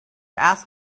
ask